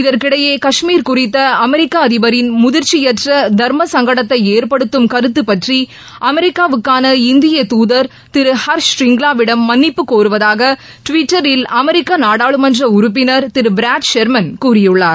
இதற்கிடையே கஷ்மீர் குறித்த அமெரிக்க அதிபரின் முதிர்ச்சியற்ற தர்மசங்கடத்தை ஏற்படுத்தும் கருத்து பற்றிய அமெரிக்காவுக்கான இந்தியத் தூதர் திரு ஹர்ஷ் ஷரிங்லாவிடம் மன்னிப்பு கோருவதாக டுவிட்டரில் அமெரிக்க நாடாளுமன்ற உறுப்பினர் திரு பிராட் ஷெர்மன் கூறியுள்ளார்